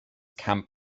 camp